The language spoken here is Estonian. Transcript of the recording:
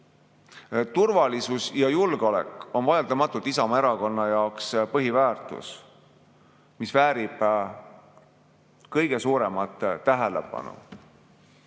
Turvalisus ja julgeolek on vaieldamatult Isamaa Erakonna jaoks põhiväärtus, mis väärib kõige suuremat tähelepanu.